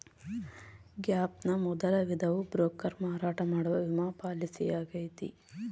gap ನ ಮೊದಲ ವಿಧವು ಬ್ರೋಕರ್ ಮಾರಾಟ ಮಾಡುವ ವಿಮಾ ಪಾಲಿಸಿಯಾಗೈತೆ